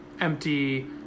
empty